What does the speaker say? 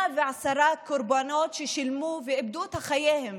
110 קורבנות שילמו ואיבדו את חייהם,